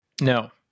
No